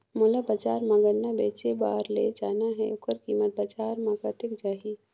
मोला बजार मां गन्ना बेचे बार ले जाना हे ओकर कीमत बजार मां कतेक जाही?